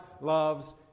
loves